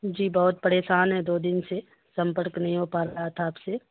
جی بہت پریشان ہیں دو دن سے سمپرک نہیں ہو پا رہا تھا آپ سے